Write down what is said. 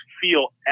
feel